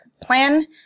Plan